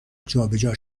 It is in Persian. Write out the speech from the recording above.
جابجا